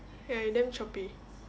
ya you damn choppy